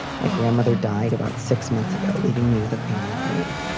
my grandmother died about six months ago, leaving me with a family ring.